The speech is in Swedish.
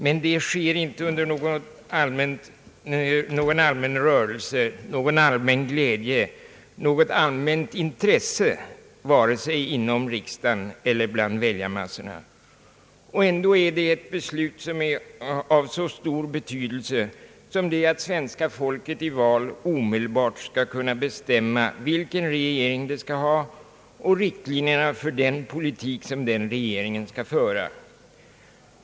Men det sker inte under någon allmän rörelse, någon allmän glädje, något allmänt intresse vare sig inom riksdagen eller bland väljarmassorna. Ändå är det ett beslut av så stor betydelse som det att svenska folket i val omedelbart skall kunna bestämma vilken regering det skall ha och vilka riktlinjer den regeringen skall ha för sin politik.